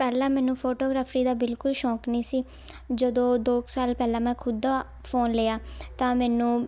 ਪਹਿਲਾਂ ਮੈਨੂੰ ਫੋਟੋਗ੍ਰਾਫੀ ਦਾ ਬਿਲਕੁਲ ਸ਼ੌਕ ਨਹੀਂ ਸੀ ਜਦੋਂ ਦੋ ਕੁ ਸਾਲ ਪਹਿਲਾਂ ਮੈਂ ਖੁਦ ਦਾ ਫੋਨ ਲਿਆ ਤਾਂ ਮੈਨੂੰ